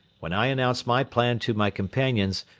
when i announced my plan to my companions,